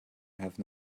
have